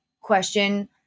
question